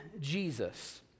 Jesus